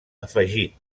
afegit